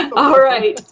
all right.